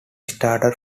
starter